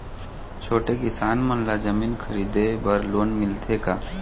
छोटे किसान मन ला जमीन खरीदे बर लोन मिलथे का?